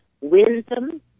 wisdom